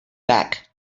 back